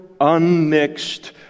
unmixed